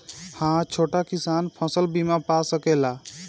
हा छोटा किसान फसल बीमा पा सकेला?